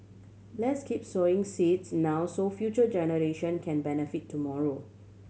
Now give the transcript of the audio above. let's keep sowing seeds now so future generation can benefit tomorrow